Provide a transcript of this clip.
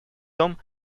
том